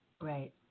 Right